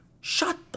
Shut